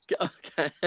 Okay